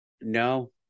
No